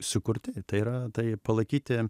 sukurti tai yra tai palaikyti